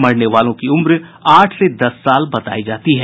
मरने वालों की उम्र आठ से दस साल बतायी जाती है